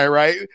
right